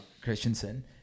Christensen